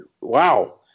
Wow